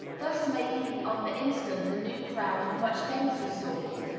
thus making on the instant a new crowd of much denser sort,